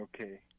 Okay